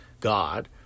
god